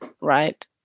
right